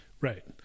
Right